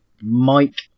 Mike